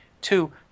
Two